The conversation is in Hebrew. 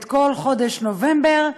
את כל חודש נובמבר,